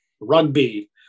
rugby